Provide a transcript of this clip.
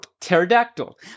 pterodactyl